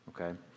okay